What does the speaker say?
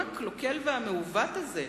השורות המקולקלות והמעוותות האלה